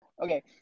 okay